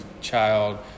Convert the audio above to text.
child